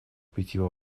питьевой